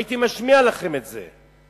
הייתי משמיע לכם את זה,